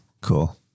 Cool